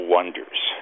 Wonders